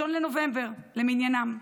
1 בנובמבר למניינם.